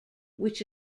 which